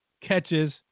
catches